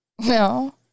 No